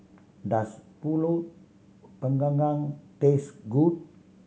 does Pulut Panggang taste good